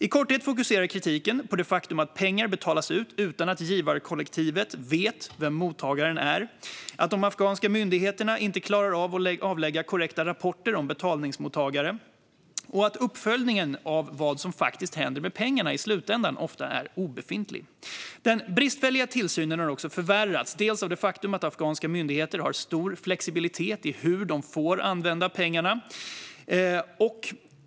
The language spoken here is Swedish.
I korthet fokuserar kritiken på det faktum att pengar betalas ut utan att givarkollektivet vet vem mottagaren är, att dom afghanska myndigheterna inte klarar att avlägga korrekta rapporter om betalningsmottagare och att uppföljningen om vad som i slutändan händer med pengarna ofta är obefintlig. Den bristfälliga tillsynen har också förvärrats av det faktum att afghanska myndigheter har stor flexibilitet i hur de får använda pengarna.